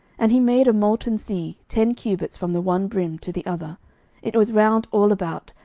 and he made a molten sea, ten cubits from the one brim to the other it was round all about,